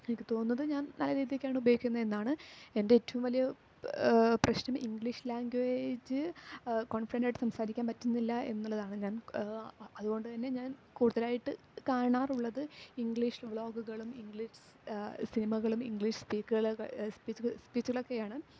എനിക്ക് തോന്നുന്നത് ഞാൻ നല്ല രീതിക്കാണ് ഉപയോഗിക്കുന്നതെന്നാണ് എൻ്റെ ഏറ്റോം വലിയ പ്രശ്നം ഇങ്ക്ളീഷ് ലാങ്വേജ് കോൺഫ്ഡൻടായിട്ട് സംസാരിക്കാൻ പറ്റുന്നില്ല എന്നുള്ളതാണ് ഞാൻ അതുകൊണ്ട് തന്നെ ഞാൻ കൂട്തലായിട്ട് കാണാറുള്ളത് ഇങ്ക്ളീഷ് വ്ളോഗ്ഗ്കളും ഇങ്ക്ളീഷ് സിൻമകളും ഇങ്ക്ളീഷ് സ്പ്പീക്ക്കളെ സ്പീച്ച് സ്പീച്ച്കളക്കെയാണ്